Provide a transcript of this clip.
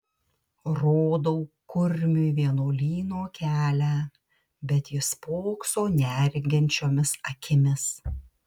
rodau kurmiui vienuolyno kelią bet jis spokso nereginčiomis akimis